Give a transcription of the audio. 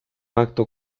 acto